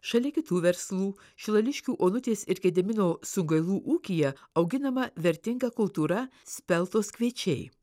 šalia kitų verslų šilališkių onutės ir gedimino sungailų ūkyje auginama vertinga kultūra speltos kviečiai